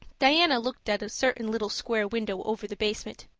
diana looked at a certain little square window over the basement.